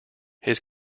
his